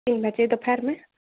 तीन बजे दोपहर में